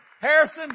Harrison